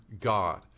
God